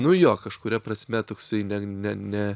nu jo kažkuria prasme toksai ne ne ne